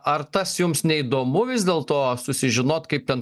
ar tas jums neįdomu vis dėlto susižinot kaip ten